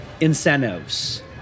incentives